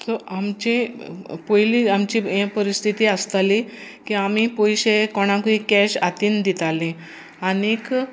so आमची पयली आमची हे परिस्थिती आसताली की आमी पयशे कोणाकूय कॅश हातान दिताली आनीक